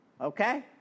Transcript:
okay